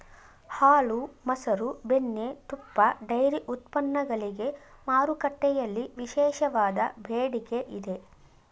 ಹಾಲು, ಮಸರು, ಬೆಣ್ಣೆ, ತುಪ್ಪ, ಡೈರಿ ಉತ್ಪನ್ನಗಳಿಗೆ ಮಾರುಕಟ್ಟೆಯಲ್ಲಿ ವಿಶೇಷವಾದ ಬೇಡಿಕೆ ಇದೆ